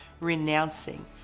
renouncing